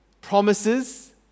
promises